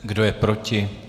Kdo je proti?